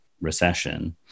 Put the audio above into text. recession